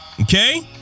Okay